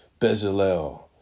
Bezalel